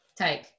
Take